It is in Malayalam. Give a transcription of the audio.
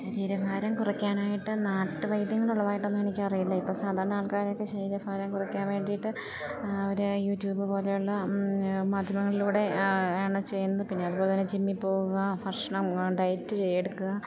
ശരീരഭാരം കുറക്കാനായിട്ട് നാട്ടുവൈദ്യങ്ങളുള്ളതായിട്ടൊന്നും എനിക്കറിയില്ല ഇപ്പം സാധാരണ ആൾക്കാരൊക്കെ ശരീരഭാരം കുറക്കാൻ വേണ്ടിയിട്ട് അവർ യൂട്യൂബ് പോലെയുള്ള മാധ്യമങ്ങളിലൂടെ ആണ് ചെയ്യുന്നത് പിന്നെ അതുപോലെത്തന്നെ ജിമ്മിൽ പോവുക ഭക്ഷണം ഡയറ്റ് എടുക്കുക